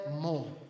more